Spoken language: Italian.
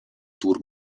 tour